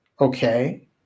Okay